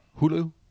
Hulu